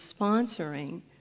sponsoring